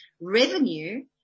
revenue